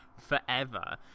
Forever